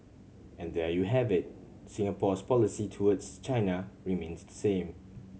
and there you have it Singapore's policy towards China remains the same